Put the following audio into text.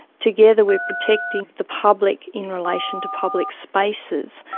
together with protecting the public in relation to public spaces,